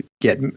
get